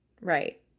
Right